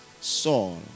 Saul